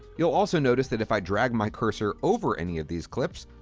you'll also notice that if i drag my cursor over any of these clips,